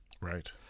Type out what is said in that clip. Right